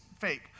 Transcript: fake